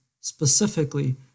specifically